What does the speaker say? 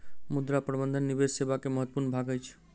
मुद्रा प्रबंधन निवेश सेवा के महत्वपूर्ण भाग अछि